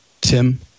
Tim